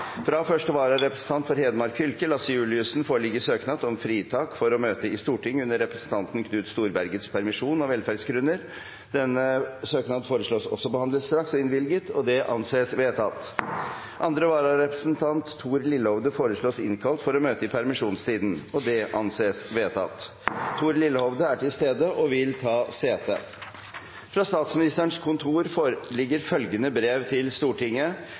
Fra første vararepresentant for Hedmark fylke, Lasse Juliussen , foreligger søknad om fritak for å møte i Stortinget under representanten Knut Storbergets permisjon, av velferdsgrunner. Etter forslag fra presidenten ble enstemmig besluttet: Søknaden behandles straks og innvilges. Følgende vararepresentant innkalles for å møte i permisjonstiden: For Hedmark fylke: Thor Lillehovde Thor Lillehovde er til stede og vil ta sete. Fra Statsministerens kontor foreligger følgende brev til Stortinget,